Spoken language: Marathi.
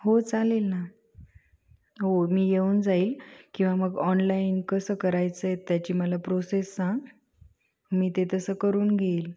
हो चालेल ना हो मी येऊन जाईल किंवा मग ऑनलाईन कसं करायचंय त्याची मला प्रोसेस सांग मी ते तसं करून घेईल